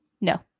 No